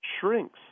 shrinks